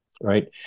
Right